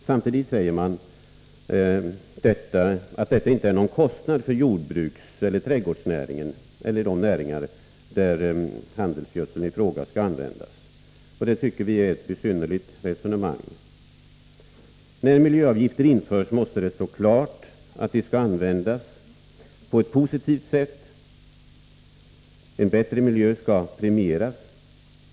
Samtidigt säger man att detta inte är någon kostnad för jordbruksoch trädgårdsnäringen — eller de näringar där handelsgödseln i fråga skall användas. Det tycker vi är ett besynnerligt resonemang. När miljöavgifter införs måste det stå klart att de skall användas på ett positivt sätt. En bättre miljö skall premieras.